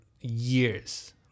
years